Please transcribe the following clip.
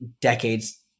decades